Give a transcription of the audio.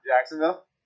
Jacksonville